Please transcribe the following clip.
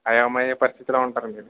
అయోమయ పరిస్థితిలో ఉంటారండి